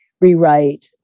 rewrite